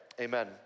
amen